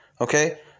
Okay